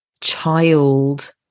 child